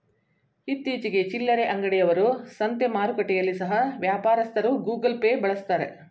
ಇತ್ತೀಚಿಗೆ ಚಿಲ್ಲರೆ ಅಂಗಡಿ ಅವರು, ಸಂತೆ ಮಾರುಕಟ್ಟೆಯಲ್ಲಿ ಸಹ ವ್ಯಾಪಾರಸ್ಥರು ಗೂಗಲ್ ಪೇ ಬಳಸ್ತಾರೆ